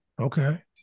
Okay